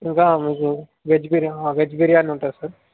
ఇంకా మీకు వెజ్ బిర్యా వెజ్ బిర్యానీ ఉంటుంది సార్